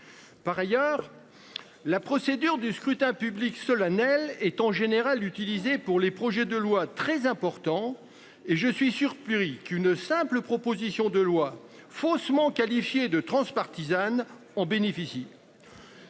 Par ailleurs. La procédure du scrutin public solennel est en général utilisé pour les projets de loi très important et je suis sûr pluri-qu'une simple proposition de loi faussement qualifiés de transpartisane on bénéficie.